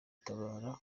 gutabara